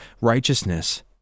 righteousness